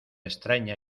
extraña